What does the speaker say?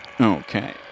Okay